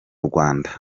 rwanda